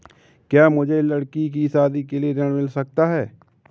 क्या मुझे लडकी की शादी के लिए ऋण मिल सकता है?